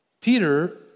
Peter